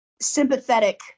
sympathetic